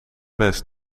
best